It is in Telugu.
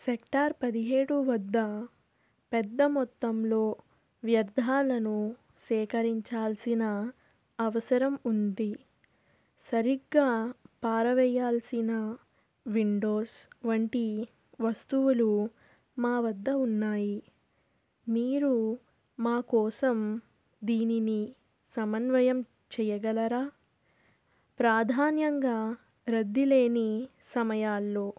సెక్టార్ పదిహేడు వద్ద పెద్ద మొత్తంలో వ్యర్థాలను సేకరించాల్సిన అవసరం ఉంది సరిగ్గా పారవేయాల్సిన విండోస్ వంటి వస్తువులు మా వద్ద ఉన్నాయి మీరు మా కోసం దీనిని సమన్వయం చేయగలరా ప్రాధాన్యంగా రద్దీ లేని సమయాల్లో